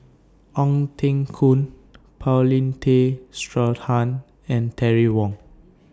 Ong Teng Koon Paulin Tay Straughan and Terry Wong